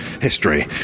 history